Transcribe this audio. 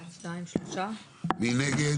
מי נגד?